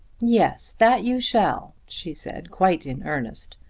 yes that you shall, she said, quite in earnest.